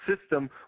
system